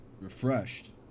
refreshed